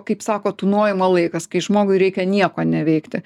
kaip sako tūnojimo laikas kai žmogui reikia nieko neveikti